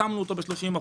קטמנו אותו ב-30%.